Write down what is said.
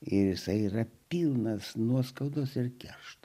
ir jisai yra pilnas nuoskaudos ir keršto